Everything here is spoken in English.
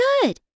good